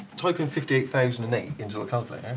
type in fifty eight thousand and eight into a calculator.